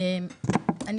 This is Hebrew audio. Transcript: ברשותך,